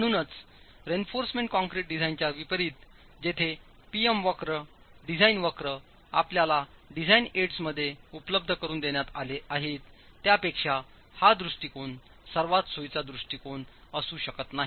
म्हणूनच reinforcement concrete डिझाइनच्या विपरीत जेथे P M वक्र डिझाइन वक्र आपल्याला डिझाईन एड्समध्ये उपलब्ध करुन देण्यात आले आहेत त्यापेक्षा हा दृष्टीकोन सर्वात सोयीचा दृष्टिकोन असू शकत नाही